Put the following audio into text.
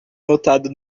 notado